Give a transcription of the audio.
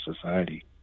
society